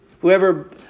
Whoever